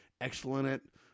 excellent